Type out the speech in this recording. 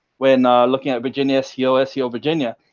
when looking at virginia, seo, ah seo virginia,